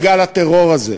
בגל הטרור הזה.